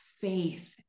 faith